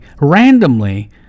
randomly